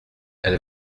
elle